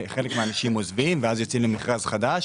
חלק מהאנשים עוזבים ואז יוצאים למכרז חדש.